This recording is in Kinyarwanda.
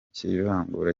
cy’ivangura